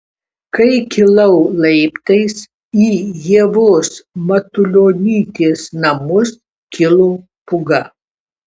kai kilau laiptais į ievos matulionytės namus kilo pūga